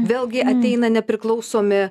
vėlgi ateina nepriklausomi